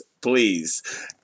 please